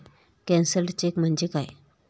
Cancelled cheque म्हणजे काय?